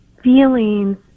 Feelings